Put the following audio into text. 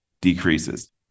decreases